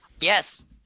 Yes